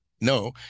no